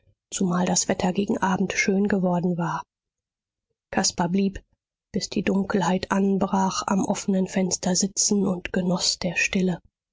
zumal das wetter gegen abend schön geworden war caspar blieb bis die dunkelheit anbrach am offenen fenster sitzen und genoß der stille